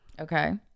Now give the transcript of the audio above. Okay